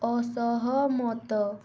ଅସହମତ